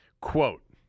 quote